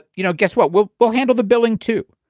you know, guess what? we'll we'll handle the billing, too.